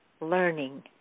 learning